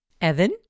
Evan